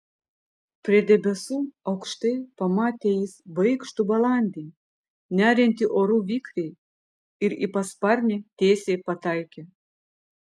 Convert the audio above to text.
prie debesų aukštai pamatė jis baikštų balandį neriantį oru vikriai ir į pasparnę tiesiai pataikė